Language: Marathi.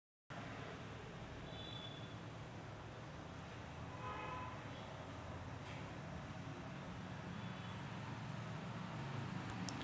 कीटो हे क्राउडफंडिंगसाठी मेड इन इंडिया प्लॅटफॉर्म आहे